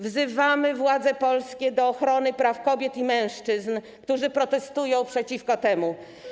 Wzywamy władze polskie do ochrony praw kobiet i mężczyzn, którzy protestują przeciwko temu.